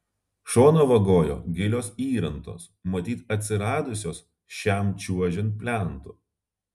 šoną vagojo gilios įrantos matyt atsiradusios šiam čiuožiant plentu